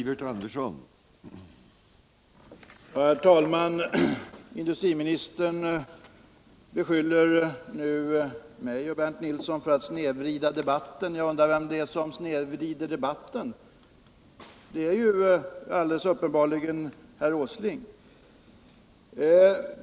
Herr talman! Industriministern beskyller nu mig och Bernt Nilsson för att snedvrida debatten. Jag undrar vem det är som snedvrider. Det är alldeles uppenbart herr Åsling.